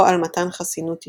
או על מתן חסינות אישית,